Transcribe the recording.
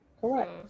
Correct